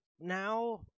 now